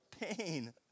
pain